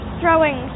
throwing